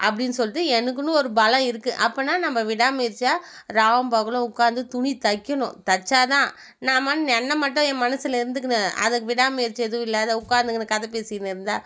அப்படின்னு சொல்லிட்டு எனக்குன்னு ஒரு பலம் இருக்குது அப்பன்னால் நம்ம விடாமுயற்சியாக இராவும் பகலும் உட்காந்து துணி தைக்கணும் தைச்சா தான் நாம்ன்னு எண்ணம் மட்டும் என் மனசில் இருந்துக்குன்னு அதை விடாமுயற்சி எதுவும் இல்லாது உட்காந்துக்குன்னு கதை பேசிக்கின்னு இருந்தால்